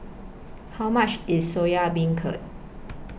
How much IS Soya Beancurd